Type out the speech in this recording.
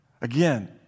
Again